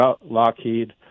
Lockheed